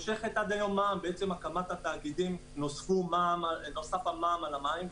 בעצם הקמת התאגידים נוסף המע"מ על המים.